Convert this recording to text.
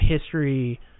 history